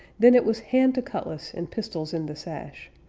then it was hand to cutlass, and pistols in the sash.